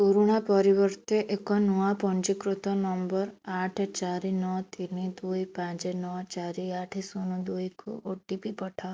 ପୁରୁଣା ପରିବର୍ତ୍ତେ ଏକ ନୂଆ ପଞ୍ଜୀକୃତ ନମ୍ବର ଆଠେ ଚାରି ନଅ ତିନ ଦୁଇ ପାଞ୍ଚେ ନଅ ଚାରି ଆଠେ ଶୂନ ଦୁଇକୁ ଓ ଟି ପି ପଠାଅ